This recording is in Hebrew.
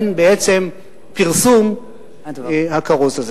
הן בעצם פרסום הכרוז הזה.